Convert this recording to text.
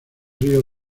río